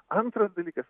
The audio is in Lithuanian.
antras dalykas